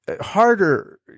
harder